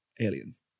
aliens